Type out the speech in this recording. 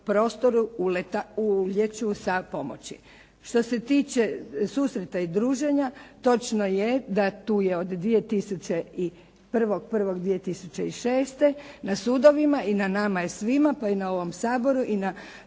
ulijeću sa pomoći. Što se tiče susreta i druženja, točno je da tu je od 1.1.2006. na sudovima i na nama je svima, pa i na ovom Saboru i na